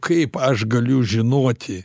kaip aš galiu žinoti